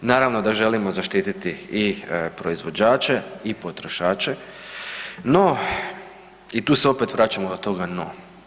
Naravno da želimo zaštiti i proizvođače i potrošače, no i tu se opet vraćamo do toga no.